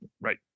Right